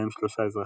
מהם שלושה אזרחים,